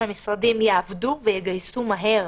אנחנו רוצים שהמשרדים יעבדו ויגייסו מהר.